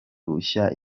rushya